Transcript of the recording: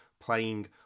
playing